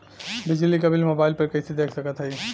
बिजली क bill mobile पर कईसे देख सकत हई?